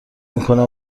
میکنه